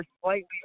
slightly